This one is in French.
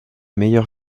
meilleurs